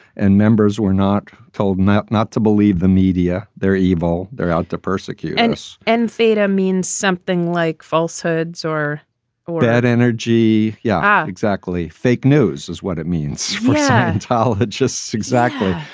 and members were not told not not to believe the media. they're evil. they're out the persecutions and theta means something like falsehoods or or bad energy yeah, exactly. fake news is what it means for yeah scientologists. exactly.